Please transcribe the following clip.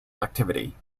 activity